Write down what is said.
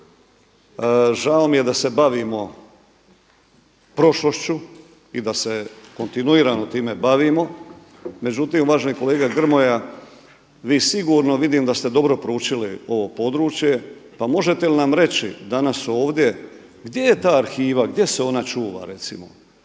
Žao mi je da se bavimo prošlošću i da se kontinuirano time bavimo. Međutim, uvaženi kolega Grmoja, vi sigurno vidim da ste dobro proučili ovo područje, pa možete li nam reći danas ovdje gdje je ta arhiva, gdje se ona čuva recimo?